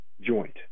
joint